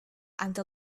until